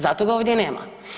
Zato ga ovdje nema.